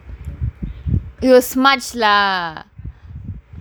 it will smudge lah